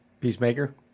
Peacemaker